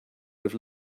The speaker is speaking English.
have